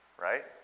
Right